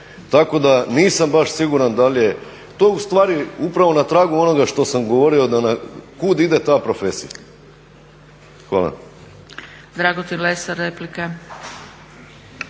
Tako da nisam baš siguran da li je, to je ustvari na tragu onoga što sam govorio da kud ide ta profesija. Hvala.